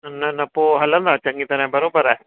न न पोइ हलंदा चङी तरह बराबरि आहे